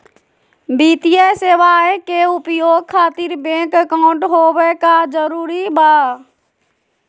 वित्तीय सेवाएं के उपयोग खातिर बैंक अकाउंट होबे का जरूरी बा?